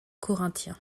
corinthiens